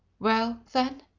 well, then?